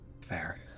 Fair